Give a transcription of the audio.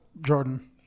Jordan